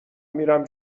میرم